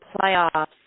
playoffs